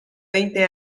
veinte